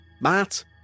Matt